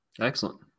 Excellent